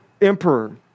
emperor